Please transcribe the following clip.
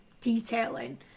detailing